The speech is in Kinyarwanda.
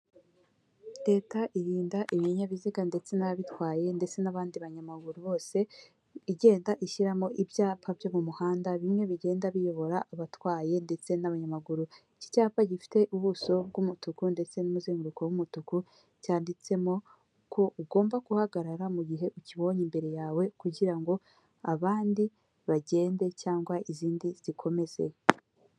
Leta irinda ibinyabiziga ndetse n'ababitwaye ndetse n'abandi banyamaguruye bose, igenda ishyiramo ibyapa byo mu muhanda bimwe bigenda biyobora abatwaye ndetse n'abanyamaguru. Iki cyapa gifite ubuso bw'umutuku ndetse n'umuzenguruko w'umutuku cyanditsemo ko ugomba guhagarara mu gihe ukibonye imbere yawe kugira ngo abandi bagende cyangwa izindi zikomeze.